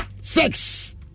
six